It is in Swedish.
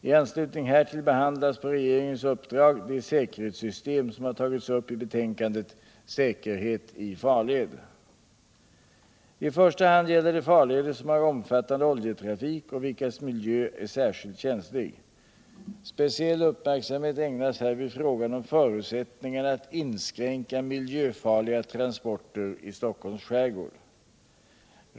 I anslutning härtill behandlas på regeringens uppdrag de säkerhetssystem som har tazits upp i betänkandet Säkerhet i farled. I första hand gäller det farleder som har omfattande oljetrafik och vilkas miljö är särskilt känslig. Speciell uppmärksamhet ägnas härvid frågan om förutsättningarna att inskränka miljöfarliga transporter i Stockholms skärgård.